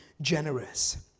generous